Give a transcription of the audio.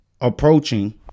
approaching